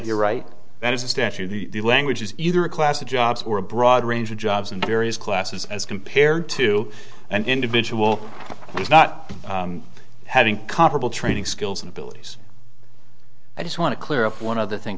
you're right that is a statute the language is either a class a jobs or a broad range of jobs in various classes as compared to an individual who's not having comparable training skills and abilities i just want to clear up one of the thing